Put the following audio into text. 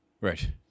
Right